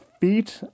feet